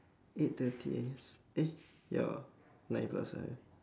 eight thirty eh ya nine plus right